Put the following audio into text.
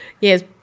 Yes